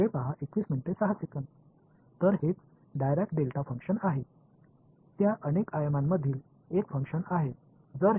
तर हेच Dirac delta function आहे त्या अनेक आयामांमधील एक फंक्शन आहे